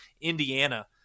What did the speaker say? Indiana